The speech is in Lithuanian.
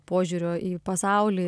požiūrio į pasaulį